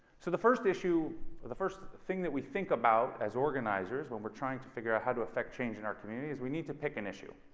so the first issue, the first thing that we think about as organizers, when we're trying to figure out how to affect change in our communities is we need to pick an issue.